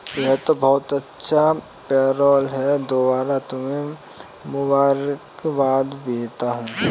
यह तो बहुत अच्छा पेरोल है दोबारा तुम्हें मुबारकबाद भेजता हूं